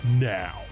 now